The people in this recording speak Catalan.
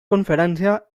conferència